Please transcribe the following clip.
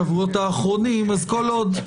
בשבועות האחרונים, בסדר.